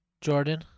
Jordan